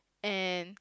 and